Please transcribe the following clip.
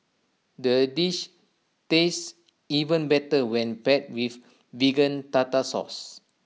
the dish tastes even better when paired with Vegan Tartar Sauce